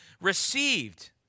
received